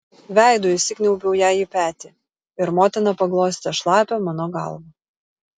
veidu įsikniaubiau jai į petį ir motina paglostė šlapią mano galvą